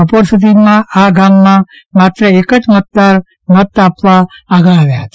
બપોર સુધી આ ગામમાં એક જ મતદાર મત આપવા આગળ આવ્યા હતા